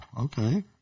Okay